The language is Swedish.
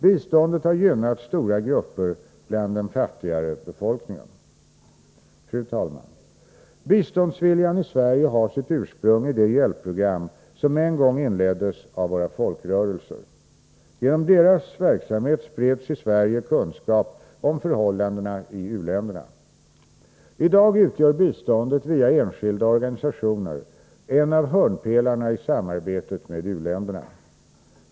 Biståndet har gynnat stora grupper bland den fattigare befolkningen. Fru talman! Biståndsviljan i Sverige har sitt ursprung i de hjälpprogram som en gång inleddes av våra folkrörelser. Genom deras verksamhet spreds i Sverige kunskap om förhållandena i u-länderna. I dag utgör biståndet via enskilda organisationer en av hörnpelarna i "samarbetet med u-länderna.